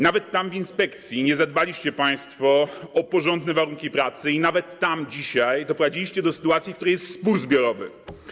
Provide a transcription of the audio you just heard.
Nawet tam, w inspekcji, nie zadbaliście państwo o porządne warunki pracy i dzisiaj doprowadziliście do sytuacji, w której nawet tam jest spór zbiorowy.